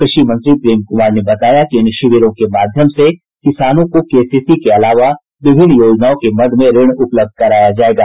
कृषि मंत्री प्रेम कुमार ने बताया कि इन शिविरों के माध्यम से किसानों को केसीसी के अलावा विभिन्न योजनाओं के मद में ऋण उपलब्ध कराया जायेगा